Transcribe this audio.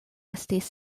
estis